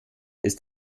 ist